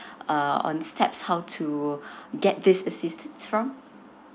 uh on steps how to get this assistance from